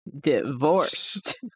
Divorced